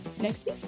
next